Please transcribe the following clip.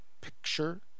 picture